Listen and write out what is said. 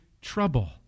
trouble